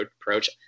approach